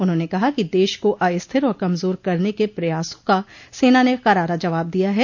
उन्होंने कहा कि देश को अस्थिर और कमजोर करने के प्रयासों का सेना ने करारा जवाब दिया है